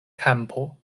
kampo